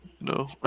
No